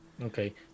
Okay